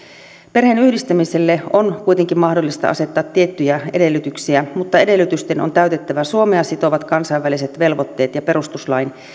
perheenyhdistämiselle on kuitenkin mahdollista asettaa tiettyjä edellytyksiä mutta edellytysten on täytettävä suomea sitovat kansainväliset velvoitteet ja perustuslain